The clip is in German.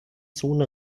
zone